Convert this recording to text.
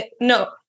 no